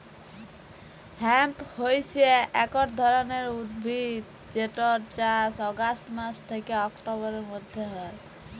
hemp হইসে একট ধরণের উদ্ভিদ যেটর চাস অগাস্ট মাস থ্যাকে অক্টোবরের মধ্য হয়